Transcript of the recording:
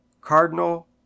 Cardinal